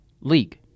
League